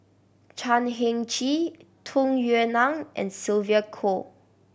Chan Heng Chee Tung Yue Nang and Sylvia Kho